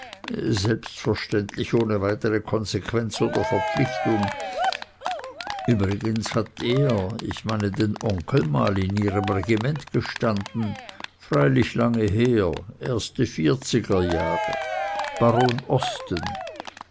selbstverständlich ohne weitre konsequenz oder verpflichtung übrigens hat er ich meine den onkel mal in ihrem regiment gestanden freilich lange her erste vierziger jahre baron osten